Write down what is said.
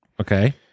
Okay